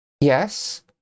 Yes